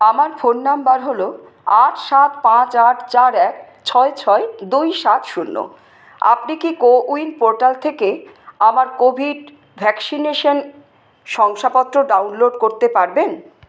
আমার phone number হলো আট সাত পাঁচ আট চার এক ছয় ছয় দুই সাত শূন্য আপনি কি কোউইন পোর্টাল থেকে আমার কোভিড ভ্যাকসিনেশান শংসাপত্র ডাউনলোড করতে পারবেন